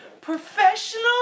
professional